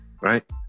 Right